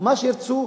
מה שירצו,